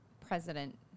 President